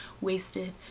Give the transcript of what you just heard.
wasted